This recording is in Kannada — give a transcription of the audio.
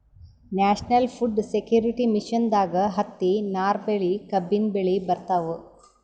ನ್ಯಾಷನಲ್ ಫುಡ್ ಸೆಕ್ಯೂರಿಟಿ ಮಿಷನ್ದಾಗ್ ಹತ್ತಿ, ನಾರ್ ಬೆಳಿ, ಕಬ್ಬಿನ್ ಬೆಳಿ ಬರ್ತವ್